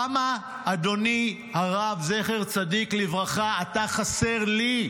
כמה אדוני הרב, זכר צדיק לברכה, אתה חסר לי,